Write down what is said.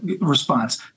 response